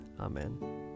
Amen